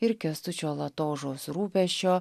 ir kęstučio latožos rūpesčio